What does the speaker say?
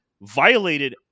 violated